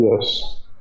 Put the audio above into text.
Yes